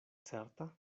certa